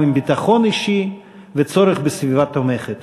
גם עם ביטחון אישי וצורך בסביבה תומכת.